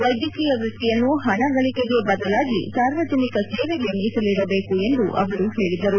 ವೈದ್ಯಕೀಯ ವೃತ್ತಿಯನ್ನು ಹಣ ಗಳಿಕೆಗೆ ಬದಲಾಗಿ ಸಾರ್ವಜನಿಕ ಸೇವೆಗೆ ಮೀಸಲಿಡಬೇಕು ಎಂದು ಅವರು ಹೇಳಿದರು